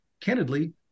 candidly